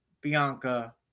Bianca